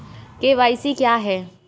KYC क्या है?